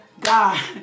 God